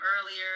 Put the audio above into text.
earlier